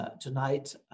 tonight